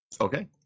Okay